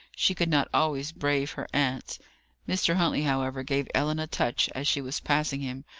she could not always brave her aunt mr. huntley, however, gave ellen a touch as she was passing him,